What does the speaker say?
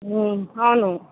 అవునూ